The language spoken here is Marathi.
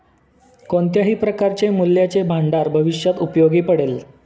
कोणत्याही प्रकारचे मूल्याचे भांडार भविष्यात उपयोगी पडेल